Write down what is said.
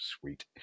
Sweet